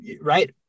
right